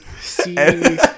See